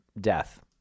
death